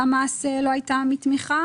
מעולם לא הייתה עם זה בעיה.